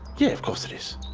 yeah, of course it is.